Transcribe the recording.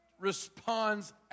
responds